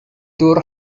tour